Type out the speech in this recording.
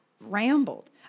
rambled